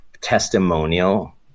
testimonial